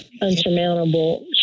Unsurmountable